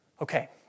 Okay